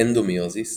אדנומיוזיס